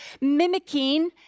mimicking